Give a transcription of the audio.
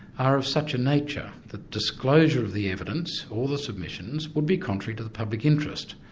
are of such a nature that disclosure of the evidence or the submissions, would be contrary to the public interest.